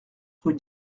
rue